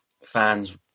fans